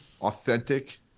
authentic